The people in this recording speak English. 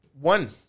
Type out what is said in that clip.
One